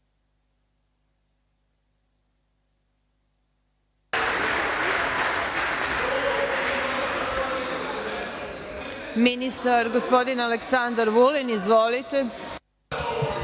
ministar, gospodin Aleksandar Vulin. Izvolite.